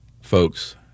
folks